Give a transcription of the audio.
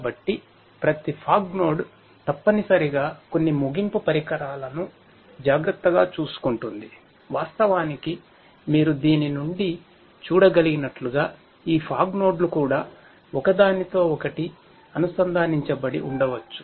కాబట్టి ఫాగ్ నోడ్లు కూడా ఒకదానితో ఒకటి అనుసంధానించబడి ఉండవచ్చు